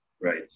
Right